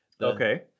okay